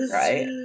right